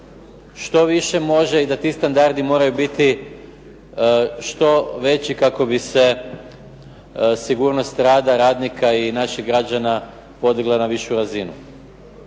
što više može i da ti standardi moraju biti što veći kako bi se sigurnost rada, radnika i naših građana podigla na višu razinu.